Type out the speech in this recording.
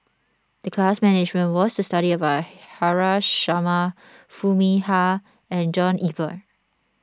the class management was to study about Haresh Sharma Foo Mee Har and John Eber